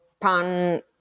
pan